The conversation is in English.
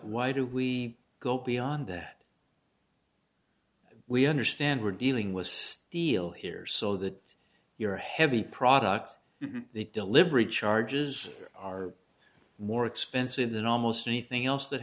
why do we go beyond that we understand we're dealing with steel here so that your heavy product deliberate charges are more expensive than almost anything else that